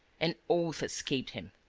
an oath escaped him.